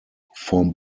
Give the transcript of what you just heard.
form